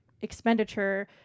expenditure